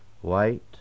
white